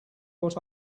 what